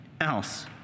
else